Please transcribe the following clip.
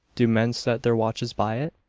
do men set their watches by it?